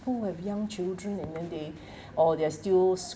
full of young children and then they or they are still